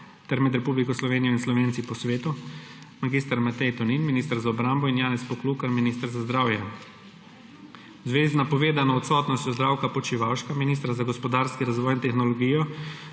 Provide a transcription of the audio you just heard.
ter med Republiko Slovenijo in Slovenci po svetu, mag. Matej Tonin, minister za obrambo, in Janez Poklukar, minister za zdravje. V zvezi z napovedano odsotnostjo Zdravka Počivalška, ministra za gospodarski razvoj tehnologijo,